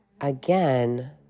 again